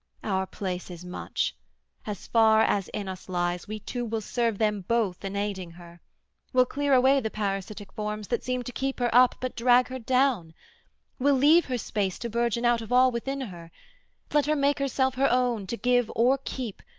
our place is much as far as in us lies we two will serve them both in aiding her will clear away the parasitic forms that seem to keep her up but drag her down will leave her space to burgeon out of all within her let her make herself her own to give or keep,